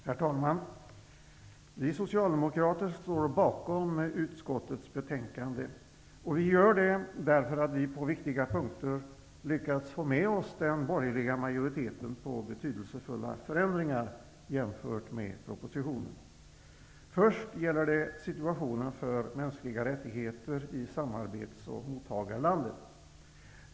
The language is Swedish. Herr talman! Vi socialdemokrater står bakom utskottets betänkande, och vi gör det därför att vi på viktiga punkter har lyckats få med oss den borgerliga majoriteten i fråga om betydelsefulla förändringar jämfört med propositionen. Först gäller det situationen för mänskliga rättigheter i samarbets och mottagarlandet.